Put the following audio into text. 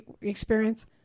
experience